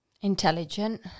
Intelligent